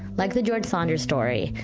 like the george saunders story,